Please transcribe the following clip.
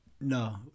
no